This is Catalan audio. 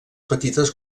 petites